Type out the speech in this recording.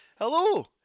Hello